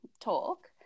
talk